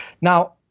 Now